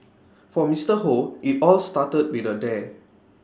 for Mister Hoe IT all started with A dare